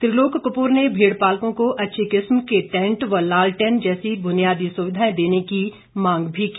त्रिलोक कपूर ने भेड़पालकों को अच्छी किस्म के टैंट व लालटेन जैसी बुनियादी सुविधाएं देने की मांग भी की